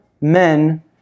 men